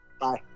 Bye